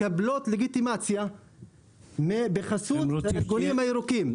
מקבלים לגיטימציה בחסות הארגונים הירוקים?